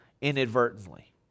inadvertently